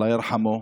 האל ירחם עליו,)